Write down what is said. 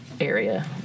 area